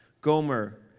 Gomer